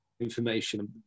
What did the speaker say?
information